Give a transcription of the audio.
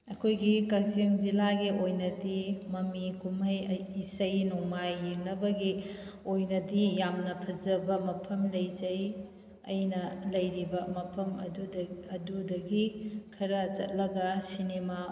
ꯑꯩꯈꯣꯏꯒꯤ ꯀꯛꯆꯤꯡ ꯖꯤꯂꯥꯒꯤ ꯑꯣꯏꯅꯗꯤ ꯃꯃꯤ ꯀꯨꯝꯍꯩ ꯏꯁꯩ ꯅꯣꯡꯃꯥꯏ ꯌꯦꯡꯅꯕꯒꯤ ꯑꯣꯏꯅꯗꯤ ꯌꯥꯝꯅ ꯐꯖꯕ ꯃꯐꯝ ꯂꯩꯖꯩ ꯑꯩꯅ ꯂꯩꯔꯤꯕ ꯃꯐꯝ ꯑꯗꯨꯗꯒꯤ ꯈꯔ ꯆꯠꯂꯒ ꯁꯤꯅꯤꯃꯥ